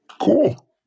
Cool